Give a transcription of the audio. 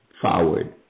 forward